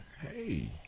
Hey